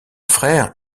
frère